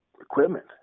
equipment